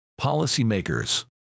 policymakers